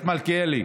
מלכיאלי,